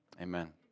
amen